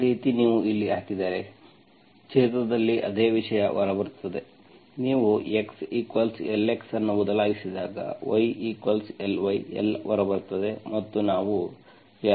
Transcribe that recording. ಅದೇ ರೀತಿ ನೀವು ಇಲ್ಲಿ ಹಾಕಿದರೆ ಛೇದದಲ್ಲಿ ಅದೇ ವಿಷಯ ಹೊರಬರುತ್ತದೆ ನೀವು x lx ಅನ್ನು ಬದಲಾಯಿಸಿದಾಗ yly l ಹೊರಬರುತ್ತದೆ ಮತ್ತು ನಾವು l1 ಅನ್ನು ಪಡೆಯುತ್ತೇವೆ